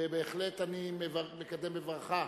ובהחלט אני מקדם בברכה